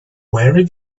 very